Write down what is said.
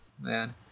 man